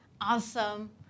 awesome